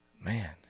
Man